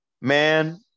Man